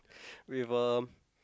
with a